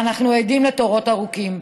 ואנחנו עדים לתורים ארוכים.